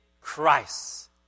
Christ